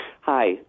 Hi